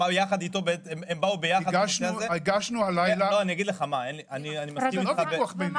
עובדים רבות כדי לעזור לענף התיירות ומורי הדרך.